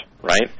Right